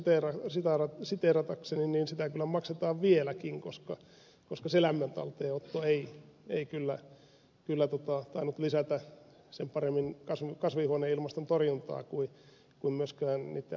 rossia tässä siteeratakseni sitä kyllä maksetaan vieläkin koska se lämmön talteenotto ei kyllä tainnut lisätä sen paremmin kasvihuoneilmaston torjuntaa kuin myöskään niitten asukkaitten tehokasta rahojen käyttöä